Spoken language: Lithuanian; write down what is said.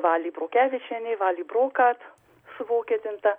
valiai brokevičienei valiai brokat suvokietinta